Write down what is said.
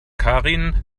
karin